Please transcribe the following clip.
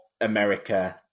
America